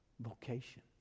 Vocation